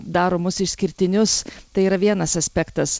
daro mus išskirtinius tai yra vienas aspektas